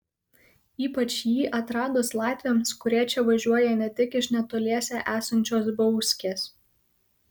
ypač jį atradus latviams kurie čia važiuoja ne tik iš netoliese esančios bauskės